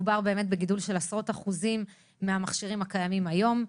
מדובר בגידול של עשרות אחוזים מהמכשירים הקיימים היום.